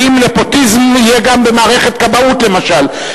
האם נפוטיזם יהיה גם במערכת כבאות, למשל?